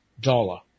dollar